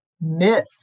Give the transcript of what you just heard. myth